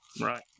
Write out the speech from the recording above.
Right